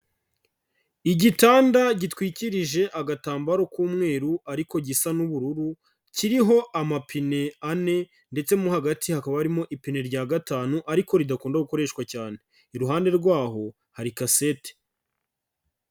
Igitanda gitwikirije agatambaro k'umweru ariko gisa n'ubururu, kiriho amapine ane ndetse mo hagati hakaba harimo ipine rya gatanu ariko ridakunda gukoreshwa cyane. Iruhande rwaho hari kasete.